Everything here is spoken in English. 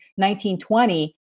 1920